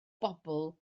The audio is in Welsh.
bobl